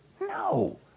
No